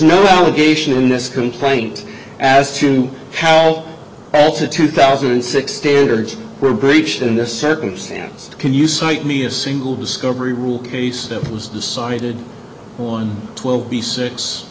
no allegation in this complaint as to how the two thousand and six standards were breached in this circumstance can you cite me a single discovery rule case that was decided on twelve b six